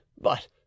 But